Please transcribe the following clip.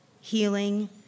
Healing